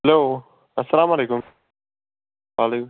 hello اَلسَلام علیکُم وَعلیکم